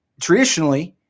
traditionally